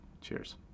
Cheers